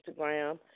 Instagram